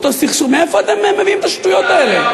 מאיפה אתם מביאים את השטויות האלה?